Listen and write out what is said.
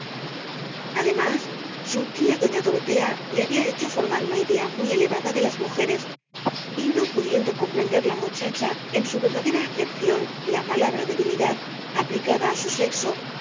además su tía doña dorotea le había hecho formar una idea muy elevada de las mujeres y no pudiendo comprender la muchacha en su verdadera acepción la palabra debilidad aplicada á su sexo